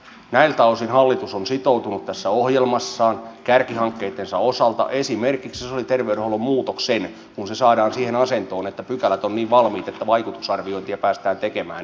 näiltä osin hallitus on sitoutunut tässä ohjelmassaan toimimaan kärkihankkeittensa osalta esimerkiksi sosiaali ja terveydenhuollon muutoksen osalta kun se saadaan siihen asentoon että pykälät ovat niin valmiita että vaikutusarviointia päästään tekemään